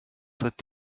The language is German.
tritt